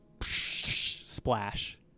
splash